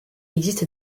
existe